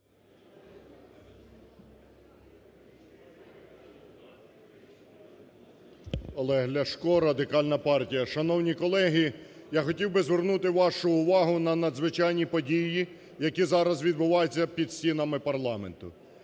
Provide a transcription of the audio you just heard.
Олег Ляшко, Радикальна партія. Шановні колеги, я хотів би звернути вашу увагу на надзвичайні події, які зараз відбуваються під стінами парламенту.